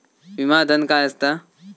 विमा धन काय असता?